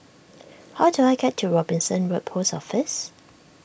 how do I get to Robinson Road Post Office